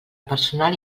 personal